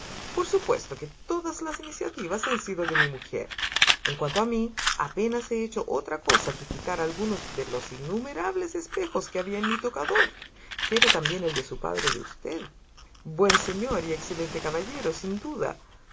por supuesto que todas las iniciativas han sido de mi mujer en cuanto a mí apenas he hecho otra cosa que quitar algunos de los innumerables espejos que había en mi tocador que era también el de su padre de usted buen señor y excelente caballero sin duda